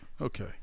Okay